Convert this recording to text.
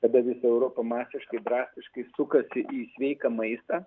tada europa masiškai drastiškai sukasi į sveiką maistą